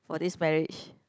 for this marriage